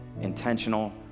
intentional